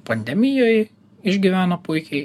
pandemijoj išgyveno puikiai